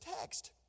text